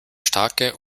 starke